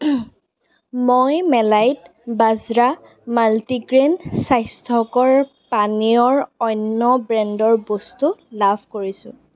মই millet bajra multigrain স্বাস্থ্যকৰ পানীয়ৰ অন্য ব্ৰেণ্ডৰ বস্তু লাভ কৰিছোঁ